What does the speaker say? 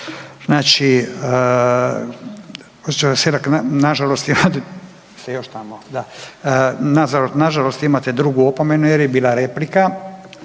nažalost imate drugu opomenu jer je bila replika,